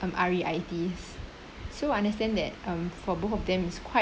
um R_E_I_Ts so I understand that um for both of them is quite